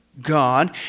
God